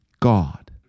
God